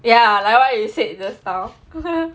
ya like what you said just now